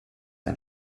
ein